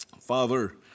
Father